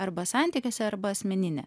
arba santykiuose arba asmeninę